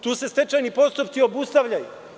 Tu se stečajni postupci obustavljaju.